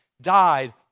died